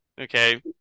okay